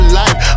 life